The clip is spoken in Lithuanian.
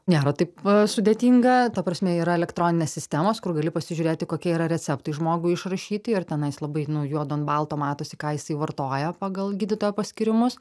nėra taip a sudėtinga ta prasme yra elektroninės sistemos kur gali pasižiūrėti kokie yra receptai žmogui išrašyti ir tenais labai nu juodu ant balto matosi ką jisai vartoja pagal gydytojo paskyrimus